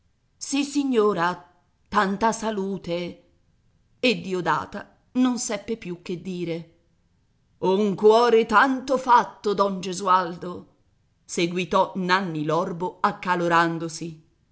carità sissignora tanta salute e diodata non seppe più che dire un cuore tanto fatto don gesualdo seguitò nanni l'orbo accalorandosi